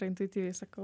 intuityviai sakau